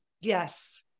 Yes